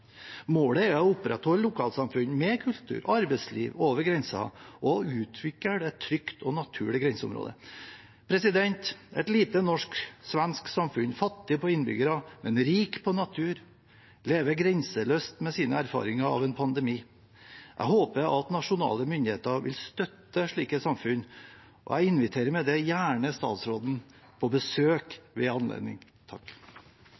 Målet er å opprettholde lokalsamfunn med kultur og arbeidsliv over grensen og utvikle et trygt og naturlig grenseområde. Et lite norsk–svensk samfunn, fattig på innbyggere, men rikt på natur, lever grenseløst med sine erfaringer av en pandemi. Jeg håper at nasjonale myndigheter vil støtte slike samfunn, og jeg inviterer med det gjerne statsråden på besøk